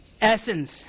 essence